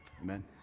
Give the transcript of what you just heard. amen